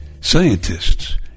scientists